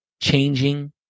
changing